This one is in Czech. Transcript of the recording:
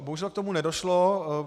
Bohužel k tomu nedošlo.